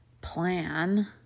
plan